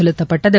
செலுத்தப்பட்டகு